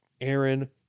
Aaron